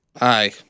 Aye